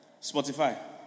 Spotify